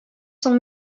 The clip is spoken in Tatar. соң